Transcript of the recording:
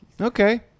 okay